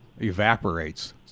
evaporates